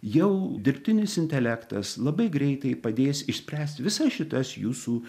jau dirbtinis intelektas labai greitai padės išspręst visas šitas jūsų